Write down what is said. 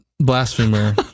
Blasphemer